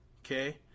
Okay